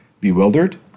bewildered